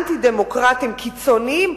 אנטי-דמוקרטיים קיצוניים,